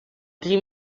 pic